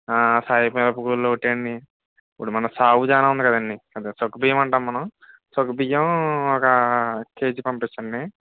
సాయి మినప గుండ్లు ఒకటి ఇప్పుడు మన సాబుదానా ఉంది కదండి అదే సగ్గుబియ్యం అంటాం మనం సగ్గుబియ్యం ఒక కేజీ పంపించండి